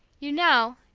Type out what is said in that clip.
you know,